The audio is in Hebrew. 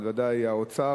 אבל בוודאי האוצר,